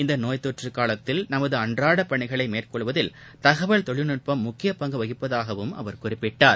இந்த நோய்த்தொற்று அலத்தில் நமது அன்றாட பணிகளை மேற்கொள்வதில் தகவல் தொழில்நட்பம் முக்கிய பங்கு வகிப்பதாகவும் அவர் குறிப்பிட்டார்